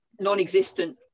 non-existent